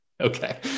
Okay